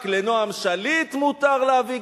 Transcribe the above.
רק לנועם שליט מותר להביא?